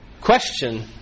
question